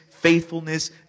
faithfulness